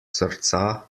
srca